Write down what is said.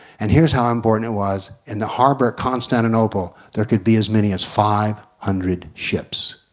and here's how important it was in the harbor at constantinople there could be as many as five hundred ships